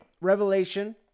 Revelation